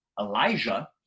elijah